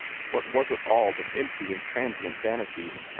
what was it all but empty and transient vanity?